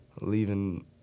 leaving